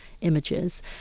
images